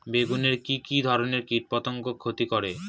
বেগুনে কি কী ধরনের কীটপতঙ্গ ক্ষতি করে?